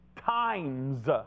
times